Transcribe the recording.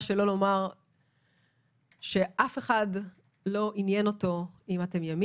לומר שאת אף אחד מהדוברים לא עניין ימין,